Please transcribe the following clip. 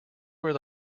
where